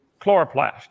chloroplast